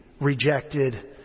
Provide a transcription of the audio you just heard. rejected